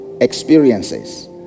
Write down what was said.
experiences